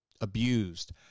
abused